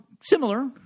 similar